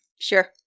Sure